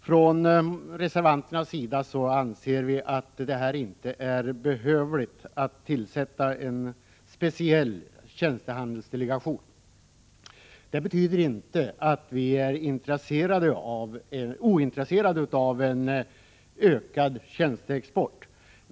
Från reservanternas sida anser vi inte att det är behövligt att tillsätta en speciell tjänstehandelsdelegation. Det betyder inte att vi är ointresserade av en ökad tjänsteexport.